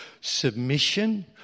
submission